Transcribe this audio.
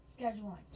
scheduling